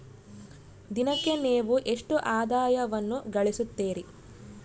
ದಿನಕ್ಕೆ ನೇವು ಎಷ್ಟು ಆದಾಯವನ್ನು ಗಳಿಸುತ್ತೇರಿ?